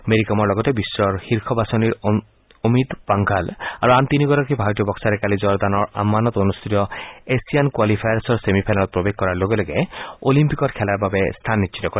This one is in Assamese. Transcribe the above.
মেৰিকমৰ লগতে বিশ্ব শীৰ্ষ বাছনিৰ অমিত পাংঘাল আৰু আন তিনিগৰাকী ভাৰতীয় বক্সাৰে কালি জৰ্দানৰ আম্মানত অনুষ্ঠিত এছিয়ান কোৱালিফায়াৰ্ছৰ ছেমি ফাইনেলত প্ৰৱেশ কৰাৰ লগে লগে অলিম্পকত খেলাৰ বাবে স্থান নিশ্চিত কৰে